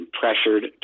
pressured